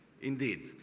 Indeed